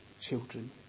children